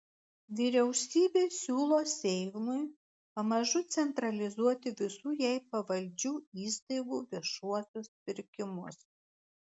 vyriausybė siūlo seimui pamažu centralizuoti visų jai pavaldžių įstaigų viešuosius pirkimus